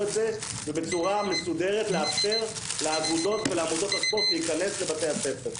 את זה ובצורה מסודרת לאפשר לאגודות ולעמותות הספורט להיכנס לבתי הספר.